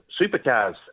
supercars